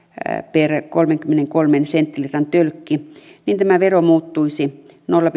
per kolmenkymmenenkolmen senttilitran tölkki niin tämä vero muuttuisi nolla